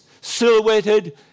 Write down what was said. silhouetted